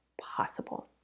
possible